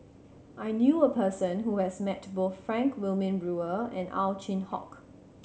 I knew a person who has met both Frank Wilmin Brewer and Ow Chin Hock